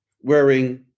wearing